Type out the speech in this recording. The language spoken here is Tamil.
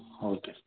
okay sir